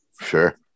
Sure